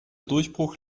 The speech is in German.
durchbruch